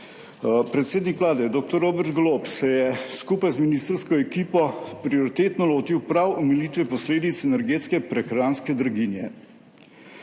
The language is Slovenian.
Predsednik Vlade dr. Robert Golob se je skupaj z ministrsko ekipo prioritetno lotil prav omilitve posledic energetske prehranske draginje.